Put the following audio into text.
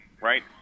right